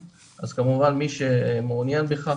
אז כמובן מי שמעוניין בכך,